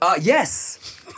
Yes